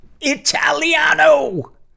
Italiano